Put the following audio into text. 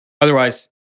Otherwise